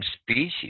species